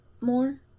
more